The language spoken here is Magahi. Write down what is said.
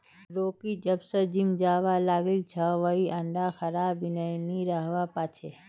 रॉकी जब स जिम जाबा लागिल छ वइ अंडा खबार बिनइ नी रहबा पा छै